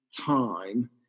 time